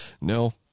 No